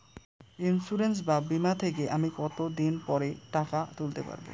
Insurance বা বিমা থেকে আমি কত দিন পরে টাকা তুলতে পারব?